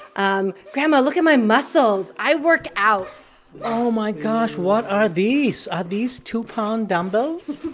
um grandma, look at my muscles. i work out oh, my gosh. what are these? are these two-pound dumbbells?